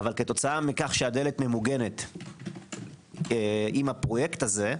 אבל כתוצאה מכך שהדלת ממוגנת עם הפרויקט הזה,